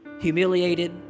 humiliated